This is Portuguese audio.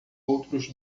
outros